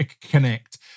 connect